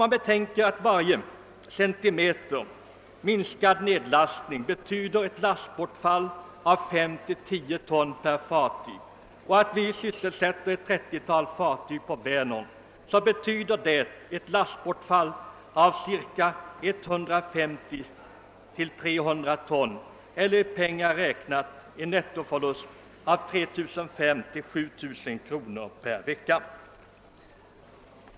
Om Du betänker att varje centimeter minskad nedlastning betyder ett lastbortfall av 5—10 ton per fartyg, och att vi sysselsätter ett 30-tal fartyg på Vänern, så betyder det ett lastbortfall av ca 150—300 ton eller nettoförlusten i pengar ca 3500—7 000 kr. per vecka.